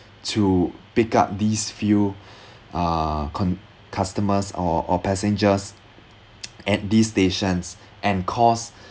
to pick up these few uh con~ customers or or passengers at these stations and cause